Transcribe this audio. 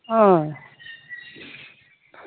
ओ